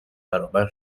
برابر